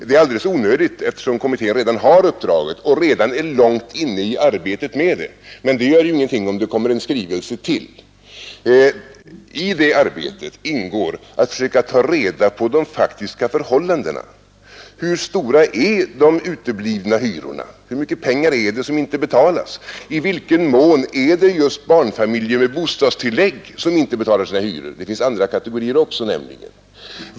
Det är alldeles onödigt, eftersom kommittén redan har detta uppdrag och är långt inne i arbetet härmed. Men det gör ju ingenting om den får en skrivelse till. I detta arbete ingår att försöka ta reda på de faktiska förhållandena. Hur stora är de uteblivna hyrorna, dvs. hur mycket pengar är det som inte betalas? I vilken mån är det just barnfamiljer med bostadstillägg som inte betalar hyrorna? Det finns nämligen också andra kategorier.